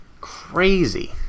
Crazy